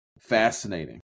fascinating